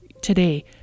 today